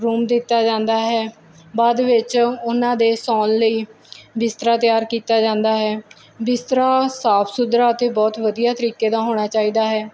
room ਦਿੱਤਾ ਜਾਂਦਾ ਹੈ ਬਾਅਦ ਵਿੱਚ ਉਹਨਾਂ ਦੇ ਸੌਣ ਲਈ ਬਿਸਤਰਾ ਤਿਆਰ ਕੀਤਾ ਜਾਂਦਾ ਹੈ ਬਿਸਤਰਾ ਸਾਫ ਸੁਥਰਾ ਅਤੇ ਬਹੁਤ ਵਧੀਆ ਤਰੀਕੇ ਦਾ ਹੋਣਾ ਚਾਹੀਦਾ ਹੈ